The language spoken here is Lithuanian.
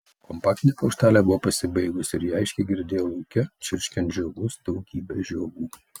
kompaktinė plokštelė buvo pasibaigusi ir ji aiškiai girdėjo lauke čirškiant žiogus daugybę žiogų